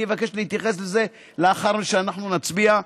אני אבקש להתייחס לזה לאחר שאנחנו נצביע,